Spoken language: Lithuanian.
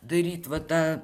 daryti vat tą